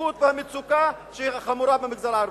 הצפיפות והמצוקה חמורות במגזר הערבי,